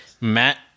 Matt